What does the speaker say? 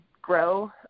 grow